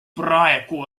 praegu